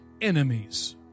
enemies